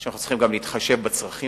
ואנחנו גם צריכים להתחשב בצרכים